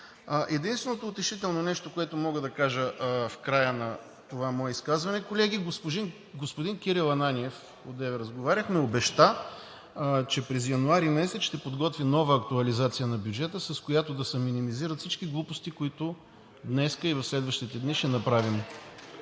Единственото утешително нещо, което мога да кажа в края на това мое изказване, колеги, господин Кирил Ананиев, одеве разговаряхме, обеща, че през месец януари ще подготви нова актуализация на бюджета, с която да се минимизират всички глупости, които днес и в следващите дни ще направим.